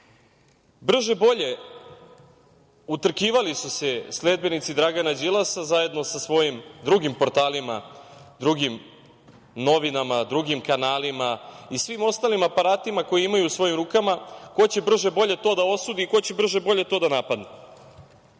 čoveka.Brže-bolje utrkivali su se sledbenici Dragana Đilasa, zajedno sa svojim drugim portalima, drugim novinama, drugim kanalima i svim ostalim aparatima koje imaju u svojim rukama, ko će brže-bolje to da osudi i ko će brže-bolje to da napadne. Jedan